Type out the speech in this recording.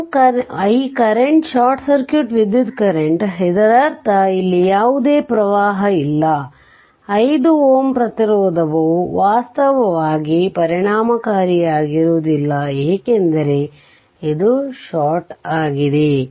ಆದ್ದರಿಂದ i current short circuit ವಿದ್ಯುತ್ ಕರೆಂಟ್ಆಗಿದೆ ಇದರರ್ಥ ಇಲ್ಲಿ ಯಾವುದೇ ಪ್ರವಾಹ ಇಲ್ಲ 5 Ω ಪ್ರತಿರೋಧವು ವಾಸ್ತವವಾಗಿ ಅದು ಪರಿಣಾಮಕಾರಿಯಾಗುವುದಿಲ್ಲ ಏಕೆಂದರೆ ಇದು ಷಾರ್ಟ್ ಆಗಿದೆ